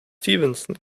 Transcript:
stevenson